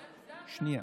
שנייה,